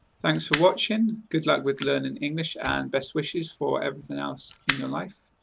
thanks for watching. good luck with learning english and best wishes for everything else in your life.